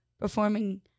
performing